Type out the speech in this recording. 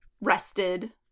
rested